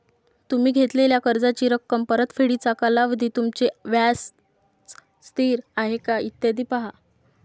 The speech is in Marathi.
तुम्ही घेतलेल्या कर्जाची रक्कम, परतफेडीचा कालावधी, तुमचे व्याज स्थिर आहे का, इत्यादी पहा